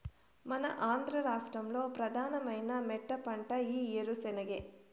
మన ఆంధ్ర రాష్ట్రంలో ప్రధానమైన మెట్టపంట ఈ ఏరుశెనగే